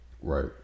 right